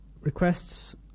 Requests